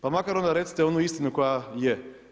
Pa makar onda recite onu istinu koja je.